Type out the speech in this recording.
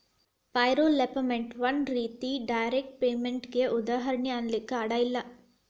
payroll payment ಒಂದ್ ರೇತಿ direct ಪೇಮೆನ್ಟಿಗೆ ಉದಾಹರ್ಣಿ ಅನ್ಲಿಕ್ಕೆ ಅಡ್ಡ ಇಲ್ಲ